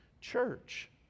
church